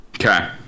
Okay